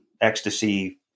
ecstasy